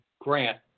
grant